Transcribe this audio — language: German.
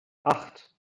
acht